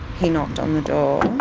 he knocked on the door